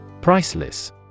Priceless